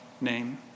name